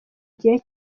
gihe